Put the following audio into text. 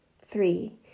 three